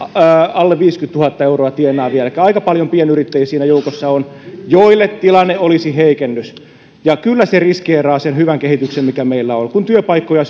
alle viisikymmentätuhatta euroa tienaavia elikkä aika paljon pienyrittäjiä siinä joukossa on joille tilanne olisi heikennys ja kyllä se riskeeraa sen hyvän kehityksen mikä meillä on kun työpaikkoja